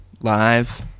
live